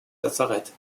lazarett